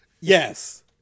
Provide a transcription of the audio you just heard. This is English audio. Yes